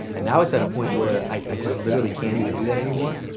and now it's at a point where i just literally can't even do that anymore.